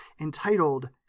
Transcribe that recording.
entitled